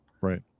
Right